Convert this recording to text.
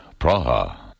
Praha